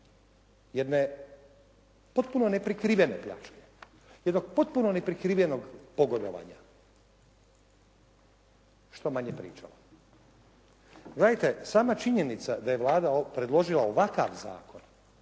jedne potpuno neprekrivene pljačke, jednog potpuno neprikrivenog pogodovanja što manje pričalo. Gledajte, sama činjenica da je Vlada predložila ovakav zakon